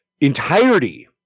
entirety